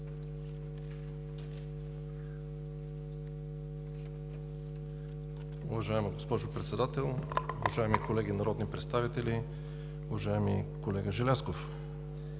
Уважаема госпожо Председател, уважаеми колеги народни представители! Уважаеми колега Желязков,